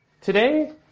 today